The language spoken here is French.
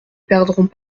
perdront